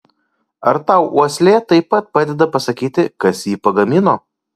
ar tau uoslė taip pat padeda pasakyti kas jį pagamino